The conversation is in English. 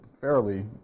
fairly